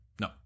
No